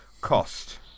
Cost